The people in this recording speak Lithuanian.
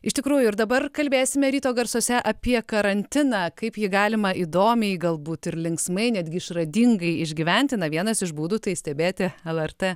iš tikrųjų ir dabar kalbėsime ryto garsuose apie karantiną kaip jį galima įdomiai galbūt ir linksmai netgi išradingai išgyventi na vienas iš būdų tai stebėti lrt